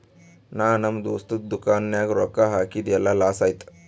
ನಾ ನಮ್ ದೋಸ್ತದು ದುಕಾನ್ ನಾಗ್ ರೊಕ್ಕಾ ಹಾಕಿದ್ ಎಲ್ಲಾ ಲಾಸ್ ಆಯ್ತು